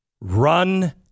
Run